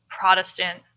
Protestant